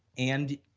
and,